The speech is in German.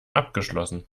abgeschlossen